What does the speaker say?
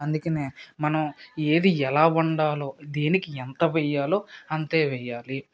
అందుకనే మనం ఏది ఎలా వండాలో దేనికి ఎంత వేయాలో అంతే వేయాలి